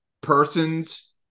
persons